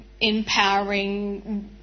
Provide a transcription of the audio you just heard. empowering